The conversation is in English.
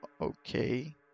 Okay